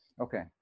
Okay